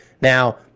Now